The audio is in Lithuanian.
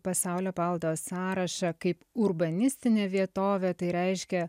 pasaulio paveldo sąrašą kaip urbanistinę vietovę tai reiškia